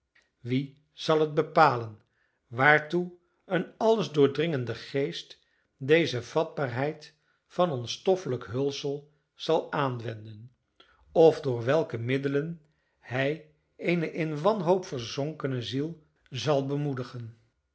wie zal het bepalen waartoe een alles doordringende geest deze vatbaarheid van ons stoffelijk hulsel zal aanwenden of door welke middelen hij eene in wanhoop verzonkene ziel zal bemoedigen